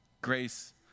Grace